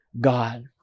God